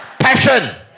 Passion